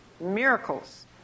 Miracles